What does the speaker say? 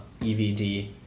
EVD